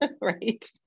Right